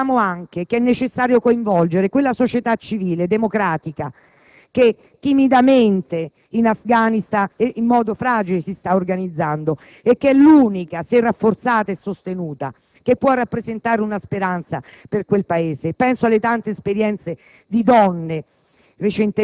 ma diciamo anche che è necessario coinvolgere quella società civile e democratica che timidamente e in modo fragile si sta organizzando in Afghanistan, e che è l'unica, se rafforzata e sostenuta, che può rappresentare una speranza per quel Paese. Penso alle tante esperienze di donne